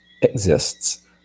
exists